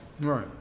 Right